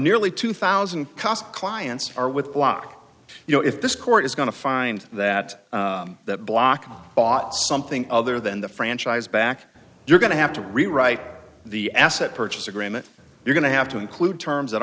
nearly two thousand cost clients are with block you know if this court is going to find that that block bought something other than the franchise back you're going to have to rewrite the asset purchase agreement you're going to have to include terms that